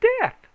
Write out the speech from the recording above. death